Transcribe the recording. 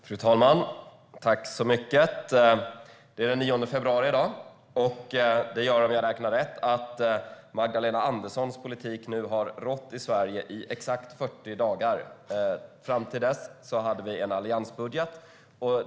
Fru talman! Det är den 9 februari i dag. Det gör, om jag räknar rätt, att Magdalena Anderssons politik nu har rått i Sverige i exakt 40 dagar. Fram till dess hade vi en alliansbudget.